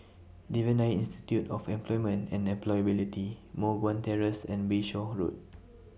Devan Nair Institute of Employment and Employability Moh Guan Terrace and Bayshore Road